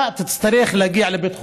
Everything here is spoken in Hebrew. אתה תצטרך להגיע לבית חולים.